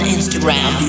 Instagram